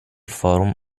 forum